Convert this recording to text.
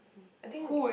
I think